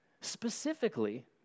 specifically